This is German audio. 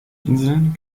inseln